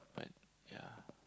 but yeah